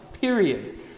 Period